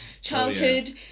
childhood